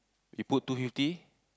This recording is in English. you put two fifty